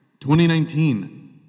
2019